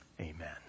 amen